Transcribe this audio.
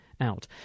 out